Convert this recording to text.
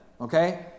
Okay